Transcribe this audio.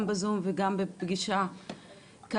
גם בזום וגם בפגישה כאן,